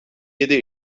yedi